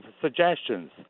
suggestions